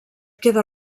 queda